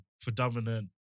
predominant